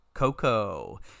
Coco